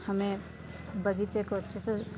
हमें बगीचे को अच्छे से